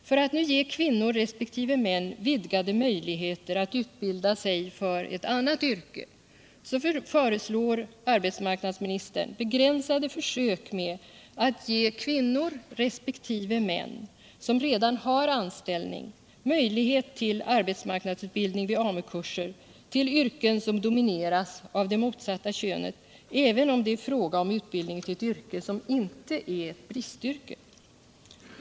För att nu ge kvinnor resp. män vidgade möjligheter att utbilda sig för ett annat yrke föreslår arbets marknadsministern försök med att ge kvinnor resp. män som redan har anställning möjlighet till arbetsmarknadsutbildning vid AMU-kurser till yrken som domineras av det motsatta könet, även om det är fråga om utbildning till ett yrke som inte är bristyrke.